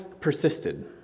persisted